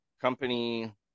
company